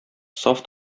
саф